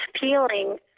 feeling